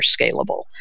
scalable